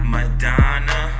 Madonna